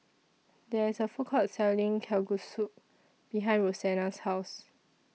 There IS A Food Court Selling Kalguksu behind Rosanna's House